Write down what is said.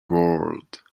world